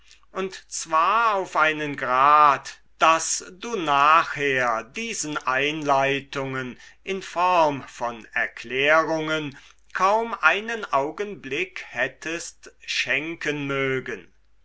und zwar auf einen grad daß du nachher diesen einleitungen in form von erklärungen kaum einen augenblick hättest schenken mögen